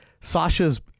Sasha's